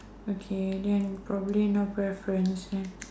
okay then probably no preference then